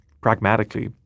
pragmatically